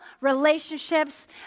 Relationships